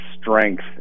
strength